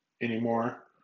anymore